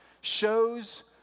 shows